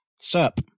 Sup